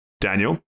Daniel